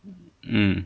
嗯